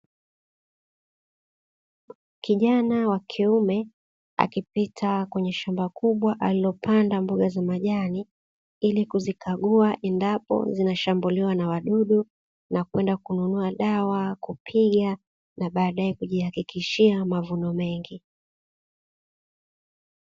Kijana wa kiume akipita kwenye shamba kubwa alilopanda mboga za majani, ili kuzikagua endapo zinashambuliwa na wadudu na kwenda kununua dawa, kupiga, na baadaye kujihakikishia mavuno mengi.